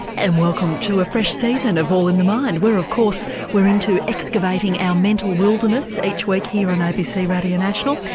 and welcome to a fresh season of all in the mind, where of course we're into excavating our mental wilderness each week here on abc radio national.